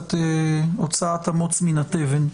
קצת בהוצאת המוץ מן התבן.